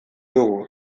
dugu